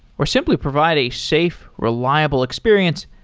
or simply provide a safe, reliable experience,